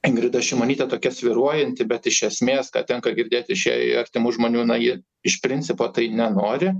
ingrida šimonytė tokia svyruojanti bet iš esmės ką tenka girdėti iš jai artimų žmonių na ji iš principo tai nenori